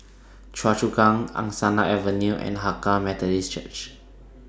Choa Chu Kang Angsana Avenue and Hakka Methodist Church